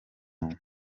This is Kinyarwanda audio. manga